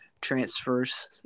transfers